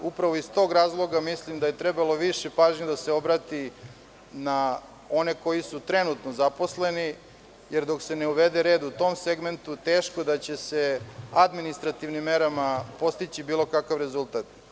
Iz tog razloga mislim da je trebalo više pažnje da se obrati na one koji su trenutno zaposleni, jer dok se ne uvede red u tom segmentu, teško da će se administrativnim merama postići bilo kakav rezultat.